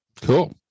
cool